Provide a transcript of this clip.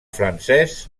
francès